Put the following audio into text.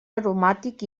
aromàtic